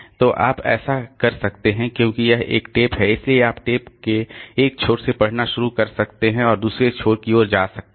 तो आप ऐसा कर सकते हैं क्योंकि यह एक टेप है इसलिए आप टेप के एक छोर से पढ़ना शुरू कर सकते हैं और दूसरे छोर की ओर जा सकते हैं